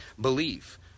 belief